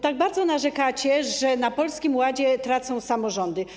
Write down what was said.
Tak bardzo narzekacie, że na Polskim Ładzie tracą samorządy.